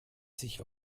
sich